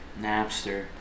Napster